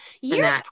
Years